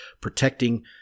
protecting